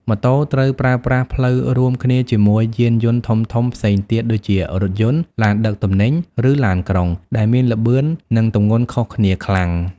ម៉ូតូត្រូវប្រើប្រាស់ផ្លូវរួមគ្នាជាមួយយានយន្តធំៗផ្សេងទៀតដូចជារថយន្ត ឡានដឹកទំនិញ ឬឡានក្រុង ដែលមានល្បឿន និងទម្ងន់ខុសគ្នាខ្លាំង។